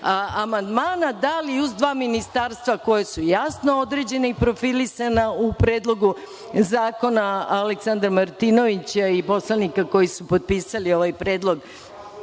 amandmana da li uz dva ministarstva koja su jasno određena i profilisana u predlogu zakona Aleksandra Martinovića i poslanika koji su potpisali ovaj predlog